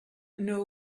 know